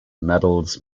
metals